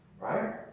Right